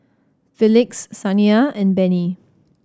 Felix Saniya and Benny